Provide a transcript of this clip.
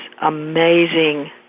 amazing